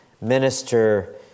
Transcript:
minister